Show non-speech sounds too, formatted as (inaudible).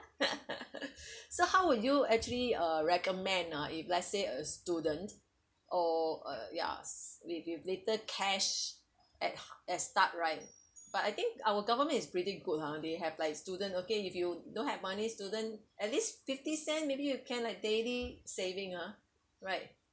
(laughs) so how would you actually uh recommend ah if let's say a student or a yes with a little cash at as start right but I think our government is pretty good hor they have like student okay you don't have money student at least fifty cent maybe you can like daily saving ah right